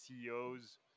CEOs